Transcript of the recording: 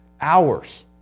hours